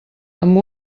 amb